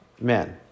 men